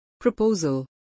Proposal